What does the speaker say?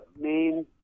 main